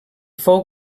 fou